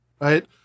right